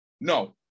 No